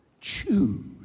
Choose